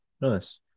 Nice